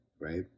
right